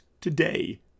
today